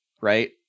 Right